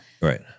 Right